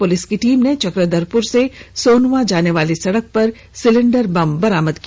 police की team Chakradharpur से सोनुआ जाने वाली सड़क पर सिलेंडर बम को बरामद किया